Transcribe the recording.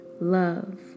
love